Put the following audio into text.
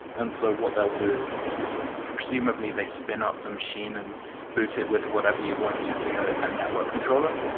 and so what they'll do is presumably they spin up the machine and boot it with whatever you want using a network controller.